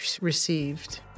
received